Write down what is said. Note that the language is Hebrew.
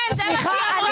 כן, זה מה שהיא אמרה.